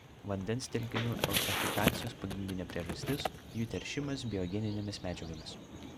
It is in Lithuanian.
vandens telkinių eutrofikacijos pagrindinė priežastis jų teršimas biogeninėmis medžiagomis